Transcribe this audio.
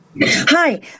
Hi